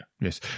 yes